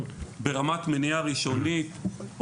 ברמת מניעה ראשונית,